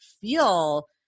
feel